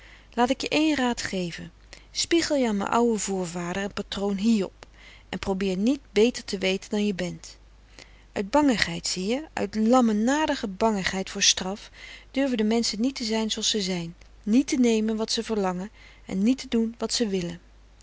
laat ik je één raad geve spiegel je an m'n ouwen voorvader en patroon hiob en probeer niet beter te weze dan je bent uit bangigheid zie je uit lammenadige bangigheid voor straf durve de menschen niet te zijn zooals ze zijn niet te neme wat ze verlange en niet te doen wat ze wille